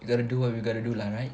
you gotta do what you gonna do lah right